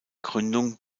gründung